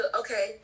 okay